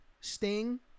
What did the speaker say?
Sting